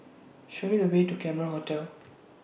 Show Me The Way to Cameron Hotel